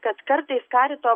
kad kartais karito